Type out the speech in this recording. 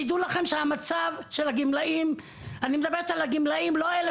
תדעו לכם שהמצב של הגמלאים ואני מדבר על הגמלאים לא אלה